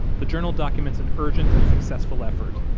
the journal documents an urgent and successful effort,